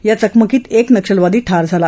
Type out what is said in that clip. या चकमकीत एक नक्षलवादी ठार झाला